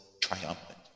triumphant